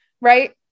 right